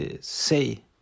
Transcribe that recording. say